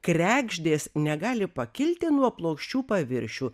kregždės negali pakilti nuo plokščių paviršių